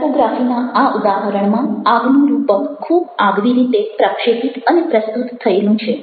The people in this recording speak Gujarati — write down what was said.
ટાઇપોગ્રાફીના આ ઉદાહરણમાં આગનું રૂપક ખૂબ આગવી રીતે પ્રક્ષેપિત અને પ્રસ્તુત થયેલું છે